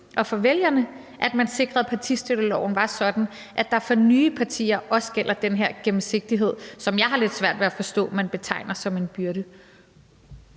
og for vælgerne, at man sikrede, at partistøtteloven var sådan, at der for nye partier også gælder den her gennemsigtighed, som jeg har lidt svært ved at forstå man betegner som en byrde.